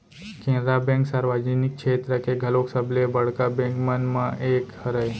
Canara bank सार्वजनिक छेत्र के घलोक सबले बड़का बेंक मन म एक हरय